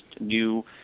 new